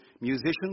musicians